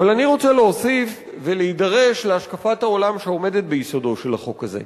אבל אני רוצה להוסיף ולהידרש להשקפת העולם שעומדת ביסודו של החוק הזה.